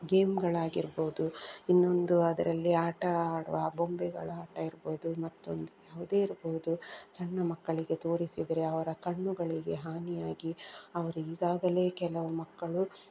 ಗೇಮ್ಗಳಾಗಿರ್ಬೋದು ಇನ್ನೊಂದು ಅದರಲ್ಲಿ ಆಟ ಆಡುವ ಆ ಬೊಂಬೆಗಳ ಆಟ ಇರ್ಬೋದು ಮತ್ತೊಂದು ಯಾವುದೇ ಇರ್ಬೋದು ಸಣ್ಣ ಮಕ್ಕಳಿಗೆ ತೋರಿಸಿದರೆ ಅವರ ಕಣ್ಣುಗಳಿಗೆ ಹಾನಿಯಾಗಿ ಅವರು ಈಗಾಗಲೇ ಕೆಲವು ಮಕ್ಕಳು